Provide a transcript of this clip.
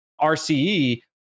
rce